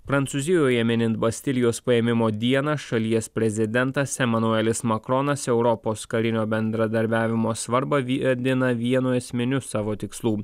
prancūzijoje minint bastilijos paėmimo dieną šalies prezidentas emanuelis makronas europos karinio bendradarbiavimo svarbą viadina vienu esminiu savo tikslų